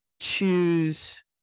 choose